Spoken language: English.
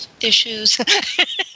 issues